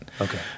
Okay